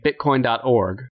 Bitcoin.org